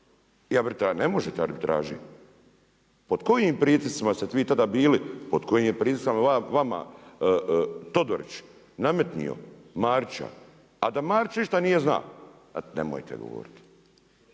arbitraže, ne možete. Pod kojim pritiscima ste vi tada bili, pod kojim je pritiskom vama Todorić nametnuo Marića, a da Marić ništa nije zna. Ma nemojte govoriti.